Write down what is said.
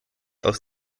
aus